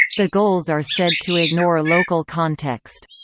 the goals are said to ignore local context.